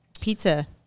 Pizza